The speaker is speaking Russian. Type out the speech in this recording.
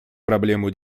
проблему